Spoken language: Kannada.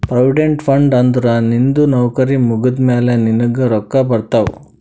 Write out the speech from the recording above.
ಪ್ರೊವಿಡೆಂಟ್ ಫಂಡ್ ಅಂದುರ್ ನಿಂದು ನೌಕರಿ ಮುಗ್ದಮ್ಯಾಲ ನಿನ್ನುಗ್ ರೊಕ್ಕಾ ಬರ್ತಾವ್